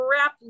wrap